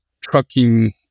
trucking